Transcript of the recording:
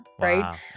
right